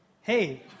Hey